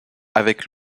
avec